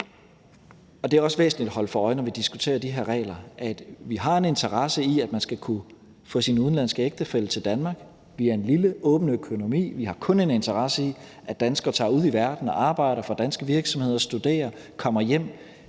Det er også væsentligt at holde sig for øje, når vi diskuterer de her regler, at vi har en interesse i, at man skal kunne få sin udenlandske ægtefælle til Danmark. Vi er en lille, åben økonomi. Vi har kun en interesse i, at danskere tager ud i verden og arbejder for danske virksomheder eller studerer og kommer hjem